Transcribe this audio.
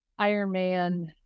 Ironman